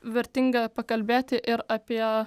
vertinga pakalbėti ir apie